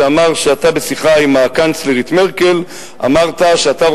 שאמר שבשיחה עם הקנצלרית מרקל אמרת שאתה,